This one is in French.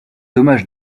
dommage